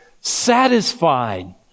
satisfied